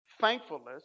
thankfulness